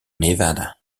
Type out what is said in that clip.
nevada